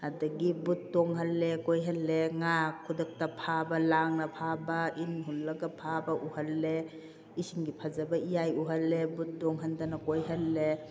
ꯑꯗꯒꯤ ꯕꯨꯠ ꯇꯣꯡꯍꯜꯂꯦ ꯀꯣꯏꯍꯜꯂꯦ ꯉꯥ ꯈꯨꯗꯛꯇ ꯐꯥꯕ ꯂꯥꯡꯅ ꯐꯥꯕ ꯏꯟ ꯍꯨꯜꯂꯒ ꯐꯥꯕ ꯎꯍꯜꯂꯦ ꯏꯁꯤꯡꯒꯤ ꯐꯖꯕ ꯏꯌꯥꯏ ꯎꯍꯜꯂꯦ ꯕꯨꯠ ꯇꯣꯡꯍꯟꯗꯅ ꯀꯣꯏꯍꯜꯂꯦ